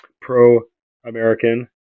pro-American